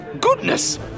Goodness